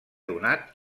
donat